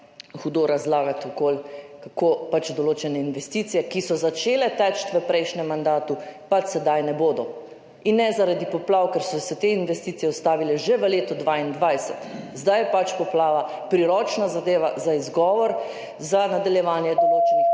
hudo razlagati okoli, kako pač določene investicije, ki so začele teči v prejšnjem mandatu, sedaj ne bodo, ne zaradi poplav, ker so se te investicije ustavile že v letu 2022, zdaj je pač poplava priročna zadeva za izgovor za nadaljevanje določenih